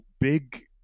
big